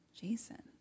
Jason